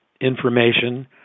information